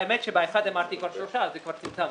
האמת שבאחד אמרתי כבר שלושה אז צמצמתי.